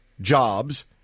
jobs